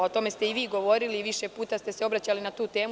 O tome ste i vi govorili i više puta ste se obraćali na tu temu.